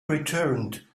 returned